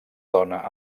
dona